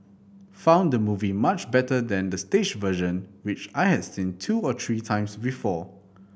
found the movie much better than the stage version which I had seen two or three times before